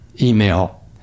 email